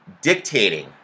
dictating